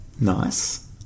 Nice